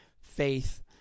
faith